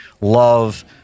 love